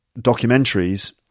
documentaries